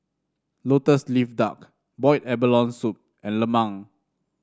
lotus leaf duck Boiled Abalone Soup and lemang